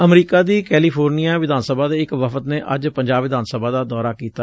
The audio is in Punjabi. ਅਮਰੀਕਾ ਦੀ ਕੈਲੀਫੋਰਨੀਆ ਵਿਧਾਨ ਸਭਾ ਦੇ ਇਕ ਵਫਦ ਨੇ ਅੱਜ ਪੰਜਾਬ ਵਿਧਾਨ ਸਭਾ ਦਾ ਦੌਰਾ ਕੀਤਾ